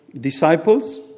disciples